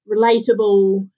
relatable